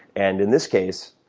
and in this case,